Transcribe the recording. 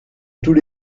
tous